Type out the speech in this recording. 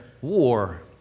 war